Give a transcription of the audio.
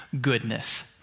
goodness